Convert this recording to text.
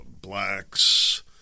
blacks